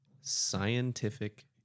scientific